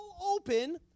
open